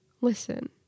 listen